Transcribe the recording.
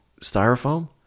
styrofoam